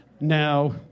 Now